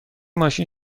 ماشین